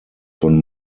von